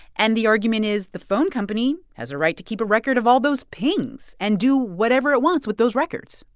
and the argument is the phone company has a right to keep a record of all those pings and do whatever it wants with those records.